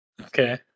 Okay